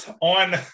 on